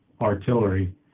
artillery